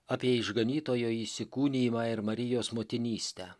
apie išganytojo įsikūnijimą ir marijos motinystę